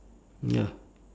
ya